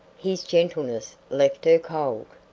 his gentleness left her cold.